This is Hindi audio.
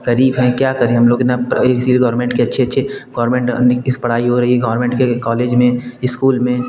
गरीब हैं क्या करें हम लोग इतना ऐसे ही गौरमेंट के अच्छे अच्छे गौरमेंट नहीं इस पढ़ाई हो रही है गौरमेंट के कॉलेज में इस्कूल में